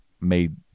made